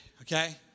okay